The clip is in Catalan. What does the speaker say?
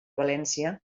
valència